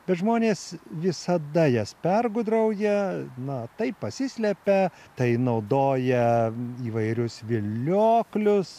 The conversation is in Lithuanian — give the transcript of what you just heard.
bet žmonės visada jas pergudrauja na taip pasislepia tai naudoja įvairius vilioklius